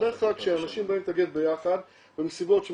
ובדרך כלל כשאנשים באים להתאגד ביחד במסיבות שהם